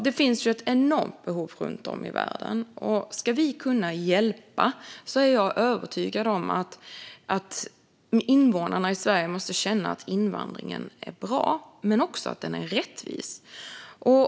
Det finns ett enormt behov runt om i världen, och för att vi ska kunna hjälpa är jag övertygad om att invånarna i Sverige måste känna att invandringen är bra men också rättvis.